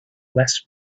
less